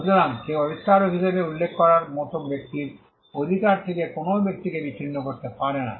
সুতরাং কেউ আবিষ্কারক হিসাবে উল্লেখ করার মতো ব্যক্তির অধিকার থেকে কোনও ব্যক্তিকে বিচ্ছিন্ন করতে পারে না